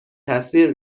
تصویر